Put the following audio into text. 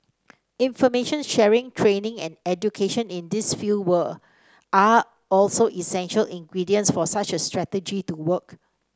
information sharing training and education in this field are also essential ingredients for such a strategy to work